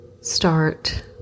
start